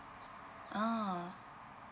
ah